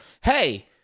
Hey